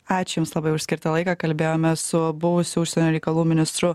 ačiū jums labai už skirtą laiką kalbėjome su buvusiu užsienio reikalų ministru